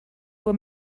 uhr